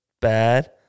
bad